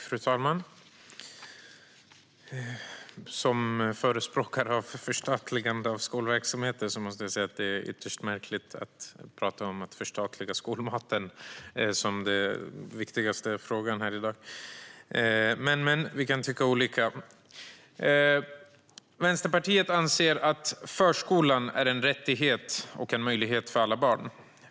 Fru talman! Som förespråkare av förstatligande av skolverksamheten måste jag säga att det är ytterst märkligt att tala om att förstatliga skolmaten som den viktigaste frågan i dag. Men vi kan tycka olika. Vänsterpartiet anser att förskolan är en rättighet och en möjlighet för alla barn.